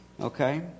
Okay